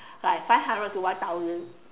like five hundred to one thousand